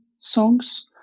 songs